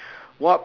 what